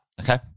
Okay